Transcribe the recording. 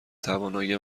توانایی